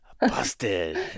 busted